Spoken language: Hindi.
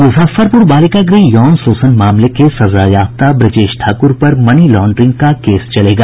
मुजफ्फरपुर बालिका गृह यौन शोषण मामले के सजायाफ्ता ब्रजेश ठाकुर पर मनी लांड्रिंग का केस चलेगा